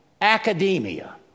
academia